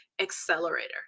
Accelerator